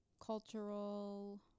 cultural